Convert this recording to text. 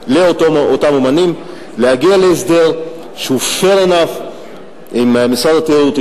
קריאה לאותם אמנים להגיע להסדר שהוא fair enough עם משרד התיירות,